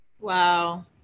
Wow